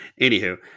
Anywho